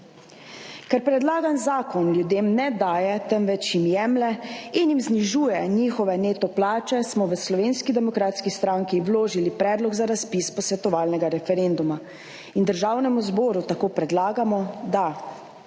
Ker predlagan zakon ljudem ne daje, temveč jim jemlje in jim znižuje njihove neto plače, smo v Slovenski demokratski stranki vložili predlog za razpis posvetovalnega referenduma in Državnemu zboru. Tako predlagamo, da